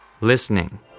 Listening